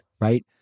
right